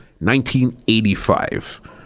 1985